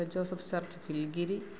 saint Joseph church Philgiri